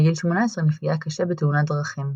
בגיל 18 נפגעה קשה בתאונת דרכים,